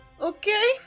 Okay